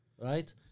right